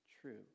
true